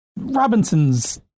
Robinson's